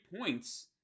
points